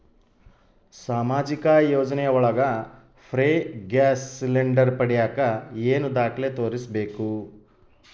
ಸಾಮಾಜಿಕ ಯೋಜನೆ ಒಳಗ ಫ್ರೇ ಗ್ಯಾಸ್ ಸಿಲಿಂಡರ್ ಪಡಿಯಾಕ ಏನು ದಾಖಲೆ ತೋರಿಸ್ಬೇಕು?